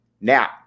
Now